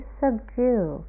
subdue